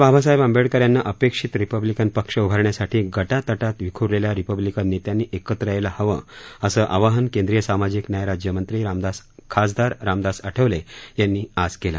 बाबासाहेब आंबेडकर यांना अपेक्षित रिपब्लिकन पक्ष उभारण्यासाठी गटातटात विख्रलेल्या रिपब्लिकन नेत्यांनी एकत्र यायला हवं असं आवाहन केंद्रिय सामाजिक न्याय राज्यमंत्री खासदार रामदास आठवले यांनी आज केलं